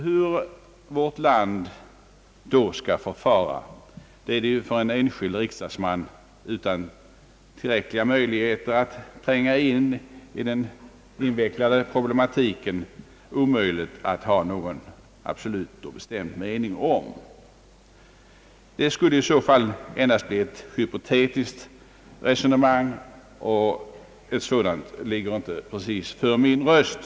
Hur vårt land då skall förfara är det för en enskild riksdagsman utan tillräckliga möjligheter att tränga in i den invecklade problematiken omöjligt att ha någon absolut och bestämd mening om. Det skulle i så fall endast bli ett hypotetiskt resonemang, och ett sådant ligger inte precis för min röst.